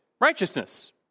righteousness